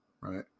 right